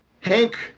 Hank